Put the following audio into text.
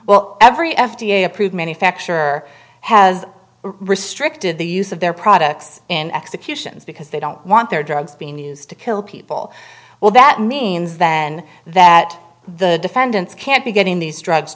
well every f d a approved manufacturer has restricted the use of their products in executions because they don't want their drugs being used to kill people well that means than that the defendants can't be getting these drugs